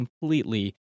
completely